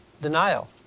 denial